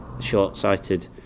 short-sighted